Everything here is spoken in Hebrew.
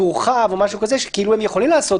תורחב או משהו כזה כאילו הם יכולים לעשות